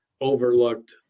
overlooked